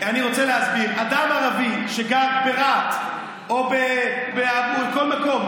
אני רוצה להסביר: אדם ערבי שגר ברהט או בכל מקום,